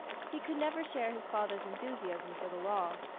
he could never share his father's enthusiasm for the law.